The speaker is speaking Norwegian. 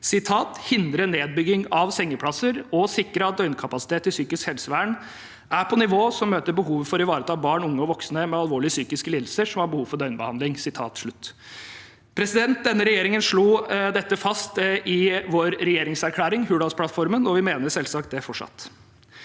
«Hindre nedbygging av sengeplasser og sikre at døgnkapasitet i psykisk helsevern er på et nivå som møter behovet for å ivareta barn, unge og voksne med alvorlig psykisk lidelse som har behov for døgnbehandling.» Denne regjeringen slo dette fast i sin regjeringsplattform, Hurdalsplattformen. Vi mener det selvsagt fortsatt.